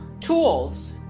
tools